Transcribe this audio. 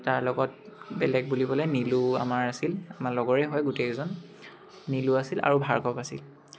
তাৰ লগত বেলেগ বুলিবলৈ নীলো আমাৰ আছিল আমাৰ লগৰেই হয় গোটেইজন নীলো আছিল আৰু ভাৰ্গৱ আছিল